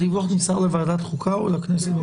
הדיווח נמסר לוועדת החוקה או לכנסת?